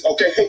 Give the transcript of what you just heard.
Okay